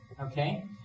okay